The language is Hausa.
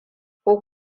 ko